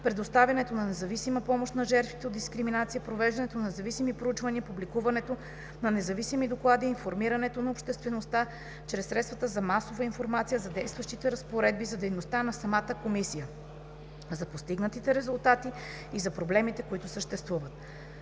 предоставянето на независима помощ на жертвите от дискриминация, провеждането на независими проучвания, публикуването на независими доклади и информирането на обществеността чрез средствата за масова информация за действащите разпоредби, за дейността на самата Комисия, за постигнатите резултати, за проблемите, които съществуват.